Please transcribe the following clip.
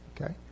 Okay